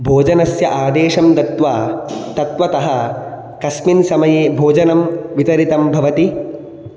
भोजनस्य आदेशं दत्वा तत्त्वतः कस्मिन् समये भोजनं वितरितं भवति